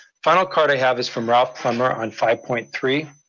final card i have is from ralph plumber on five point three.